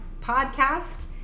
podcast